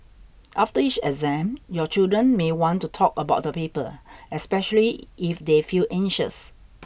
after each exam your children may want to talk about the paper especially if they feel anxious